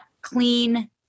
clean